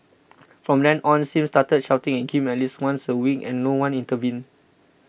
from then on Sim started shouting at him at least once a week and no one intervened